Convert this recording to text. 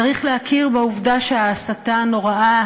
צריך להכיר בעובדה שההסתה הנוראה,